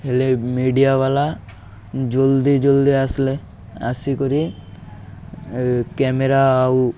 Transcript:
ହେଲେ ମିଡ଼ିଆ ବାଲା ଜଲ୍ଦି ଜଲ୍ଦି ଆସିଲେ ଆସି କରି କ୍ୟାମେରା ଆଉ